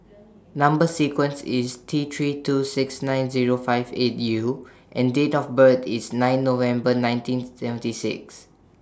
Number sequence IS T three two six nine Zero five eight U and Date of birth IS ninth November nineteen seventy six